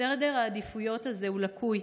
סדר העדיפויות הזה הוא לקוי,